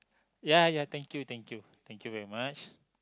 ya ya thank you thank you thank you very much